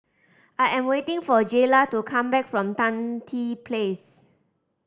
I am waiting for Jaylah to come back from Tan Tye Place